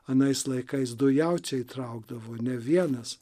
anais laikais du jaučiai traukdavo ne vienas